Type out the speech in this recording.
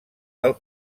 del